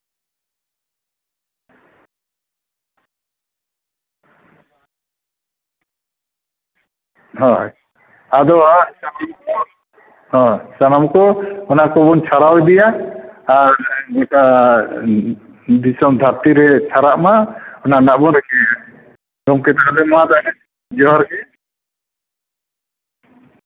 ᱦᱳᱭ ᱟᱫᱚ ᱦᱳᱭ ᱥᱟᱱᱟᱢ ᱠᱚ ᱟᱱᱟ ᱠᱚᱵᱚᱱ ᱪᱷᱟᱨᱟᱣ ᱤᱫᱤᱭᱟ ᱟᱨ ᱜᱚᱴᱟ ᱫᱤᱥᱚᱢ ᱫᱷᱟᱹᱨᱛᱤ ᱨᱮ ᱪᱷᱟᱨᱟᱜ ᱢᱟ ᱚᱱᱟ ᱨᱮᱱᱟᱜ ᱵᱚ ᱨᱤᱠᱟᱹᱭᱟ ᱜᱚᱝᱠᱮ ᱛᱟᱦᱞᱮ ᱢᱟ ᱟᱫᱚ ᱤᱱᱟᱹᱜ ᱜᱮ ᱡᱚᱦᱟᱨ ᱜᱮ